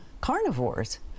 carnivores